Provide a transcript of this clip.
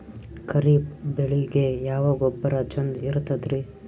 ಖರೀಪ್ ಬೇಳಿಗೆ ಯಾವ ಗೊಬ್ಬರ ಚಂದ್ ಇರತದ್ರಿ?